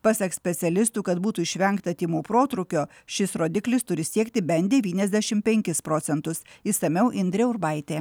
pasak specialistų kad būtų išvengta tymų protrūkio šis rodiklis turi siekti bent devyniasdešim penkis procentus išsamiau indrė urbaitė